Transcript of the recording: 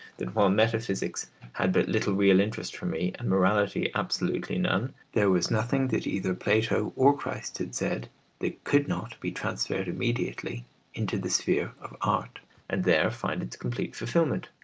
that while meta-physics had but little real interest for me, and morality absolutely none, there was nothing that either plato or christ had said that could not be transferred immediately into the sphere of art and there find its complete fulfilment.